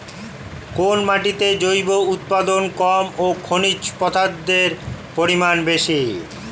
কোন মাটিতে জৈব উপাদান কম ও খনিজ পদার্থের পরিমাণ বেশি?